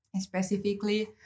specifically